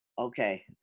Okay